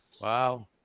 Wow